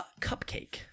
cupcake